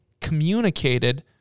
communicated